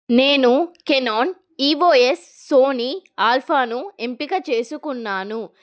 నేను Canon EOS Sony ఆల్ఫాను ఎంపిక చేసుకున్నాను